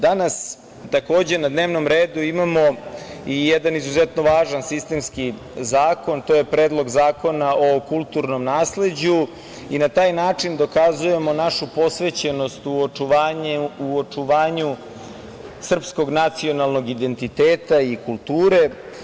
Danas, takođe na dnevnom redu imamo i jedan izuzetno važan sistemski zakon, to je Predlog Zakona o kulturnom nasleđu i na taj način dokazujemo našu posvećenost u očuvanju srpskog nacionalnog identiteta i kulture.